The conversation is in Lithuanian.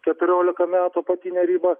keturiolika metų apatinę ribą